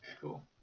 Cool